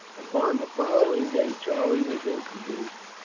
upon the following day charlie was introduced,